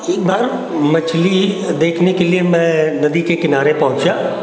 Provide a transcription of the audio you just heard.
एक बार मछली को देखने के लिए मैं नदी के किनारे पहुँचा